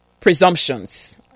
presumptions